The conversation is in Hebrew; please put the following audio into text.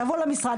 לבוא למשרד,